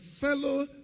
fellow